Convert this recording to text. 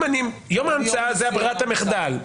יום ההמצאה זה ברירת המחדל,